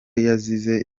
yazize